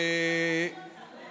על המשפט